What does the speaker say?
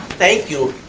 thank you.